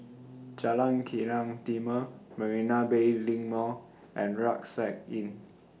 Jalan Kilang Timor Marina Bay LINK Mall and Rucksack Inn